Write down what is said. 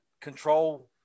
control